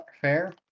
fair